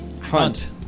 Hunt